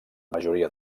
majoria